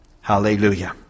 Hallelujah